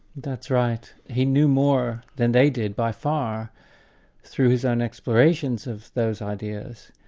that's right. he knew more than they did by far through his own explorations of those ideas.